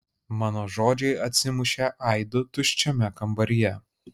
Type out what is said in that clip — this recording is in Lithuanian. mano žodžiai atsimušė aidu tuščiame kambaryje